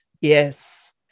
Yes